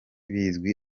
bizwi